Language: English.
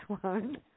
one